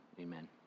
Amen